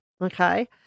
Okay